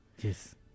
Yes